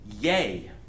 yay